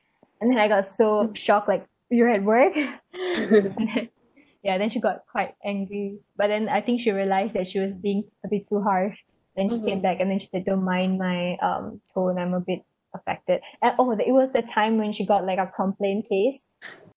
and then I got so shocked like you're at work ya then she got quite angry but then I think she realised that she was being a bit too harsh and she came back and she said don't mind my um tone I'm a bit affected and oh it was the time when she got like a complain case